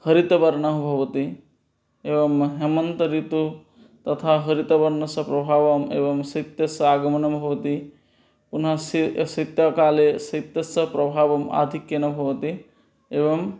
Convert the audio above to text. हरितवर्णा भवति एवं हेमन्तऋतौ तथा हरितवर्णस्य प्रभावम् एवं शैत्यस्य आगमनं भवति पुनः सी शैत्यकाले शैत्यस्य प्रभावम् आधिक्येन भवति एवं